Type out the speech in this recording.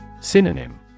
Synonym